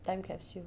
time capsule